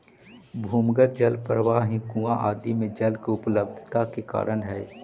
भूमिगत जल प्रवाह ही कुआँ आदि में जल के उपलब्धता के कारण हई